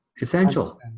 essential